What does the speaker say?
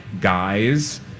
guys